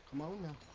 moment,